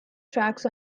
tracks